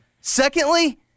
Secondly